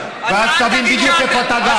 ואז תבין בדיוק איפה אתה גר.